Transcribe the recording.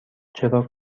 چرا